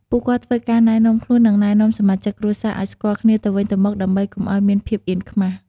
ពួកគាត់ធ្វើការណែនាំខ្លួន និង ណែនាំសមាជិកគ្រួសារឲ្យស្គាល់គ្នាទៅវិញទៅមក ដើម្បីកុំឲ្យមានភាពអៀនខ្មាស។